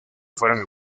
fueron